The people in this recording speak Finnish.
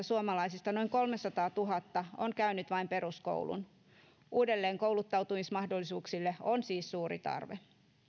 suomalaisista noin kolmesataatuhatta on käynyt vain peruskoulun uudelleenkouluttautumismahdollisuuksille on siis suuri tarve